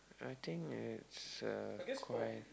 I think it's uh quite